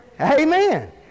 Amen